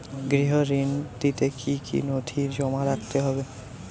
গৃহ ঋণ নিতে কি কি নথি জমা রাখতে হবে?